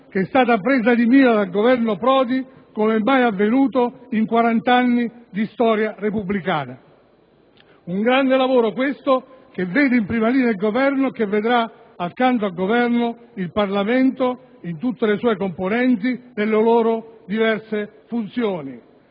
che è stata presa di mira dal Governo Prodi come mai avvenuto in quarant'anni di storia repubblicana. Un grande lavoro questo, che vede in prima linea il Governo e che vedrà, accanto ad esso, il Parlamento in tutte le sue componenti, nelle loro diverse funzioni.